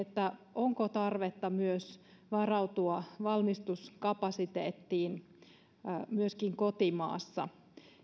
onko tarvetta myös varautua valmistuskapasiteettiin myöskin kotimaassa